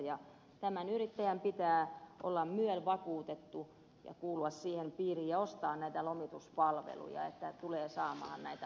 ja tämän yrittäjän pitää olla myel vakuutettu ja kuulua siihen piiriin ja ostaa näitä lomituspalveluja että hän tulee saamaan näitä lomapäiviä